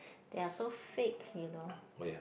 they are so fake you know